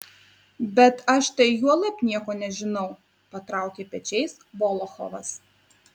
bet aš tai juolab nieko nežinau patraukė pečiais volochovas